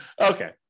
Okay